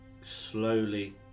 slowly